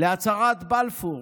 להצהרת בלפור,